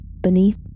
Beneath